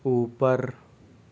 اوپر